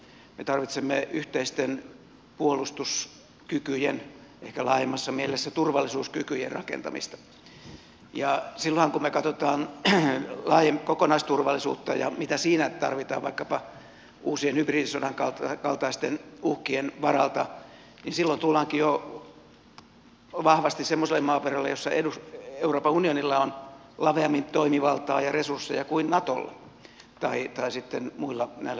me tarvitsemme yhteisten puolustuskykyjen ehkä laajemmassa mielessä turvallisuuskykyjen rakentamista ja silloin kun me katsomme laajemmin kokonaisturvallisuutta ja sitä mitä siinä tarvitaan vaikkapa uusien hybridisodan kaltaisten uhkien varalta tullaankin jo vahvasti semmoiselle maaperälle jossa euroopan unionilla on laveammin toimivaltaa ja resursseja kuin natolla tai näillä muilla turvallisuusjärjestelmillä